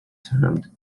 termed